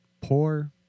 Poor